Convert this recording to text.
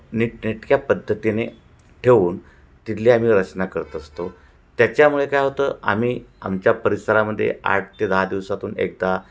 नीटनेटक्या पद्धतीने ठेवून तिथली आम्ही रचना करत असतो त्याच्यामुळे काय होतं आम्ही आमच्या परिसरामध्ये आठ ते दहा दिवसातून एकदा